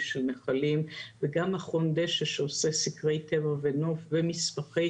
של נחלים וגם מכון דש"א שעושה סקרי טבע ונוף ומסמכי